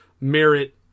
merit